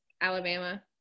Alabama